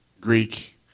Greek